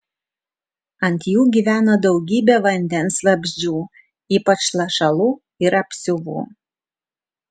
ant jų gyveno daugybė vandens vabzdžių ypač lašalų ir apsiuvų